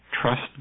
trust